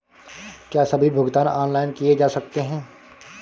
क्या सभी भुगतान ऑनलाइन किए जा सकते हैं?